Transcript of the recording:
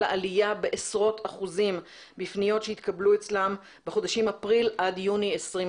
בעשרות אחוזים בפניות שהתקבלו אצלם בחודשים אפריל עד יוני 2020,